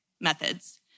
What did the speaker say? methods